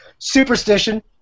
Superstition